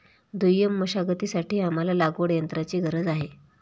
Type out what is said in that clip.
दुय्यम मशागतीसाठी आम्हाला लागवडयंत्राची गरज आहे